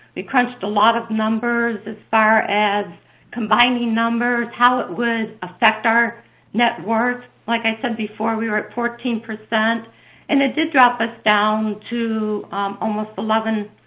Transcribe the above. we crunched a lot of numbers as far as combining numbers, how it would affect our net worth. like i said before, we were at fourteen, and it did drop us down to almost eleven,